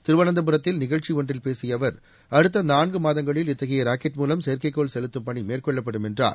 திருவனந்தபுரத்தில் நிகழ்ச்சி ஒன்றில் பேசிய அவர் அடுத்த நான்கு மாதங்களில் இத்தகைய ராக்கெட் மூலம் செயற்கைக்கோள் செலுத்தும் பணி மேற்கொள்ளப்படும் என்றார்